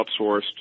outsourced